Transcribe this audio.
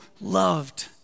loved